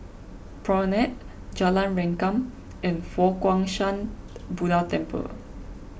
Promenade Jalan Rengkam and Fo Guang Shan Buddha Temple